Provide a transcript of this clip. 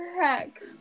heck